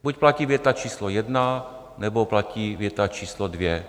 Buď platí věta číslo jedna, nebo platí věta číslo dvě.